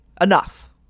enough